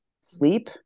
sleep